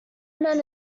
man